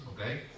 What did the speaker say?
okay